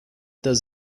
does